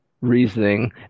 reasoning